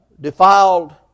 defiled